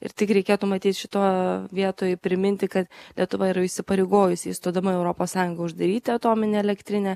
ir tik reikėtų matyt šito vietoj priminti kad lietuva yra įsipareigojusi įstodama į europos sąjungą uždaryti atominę elektrinę